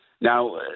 Now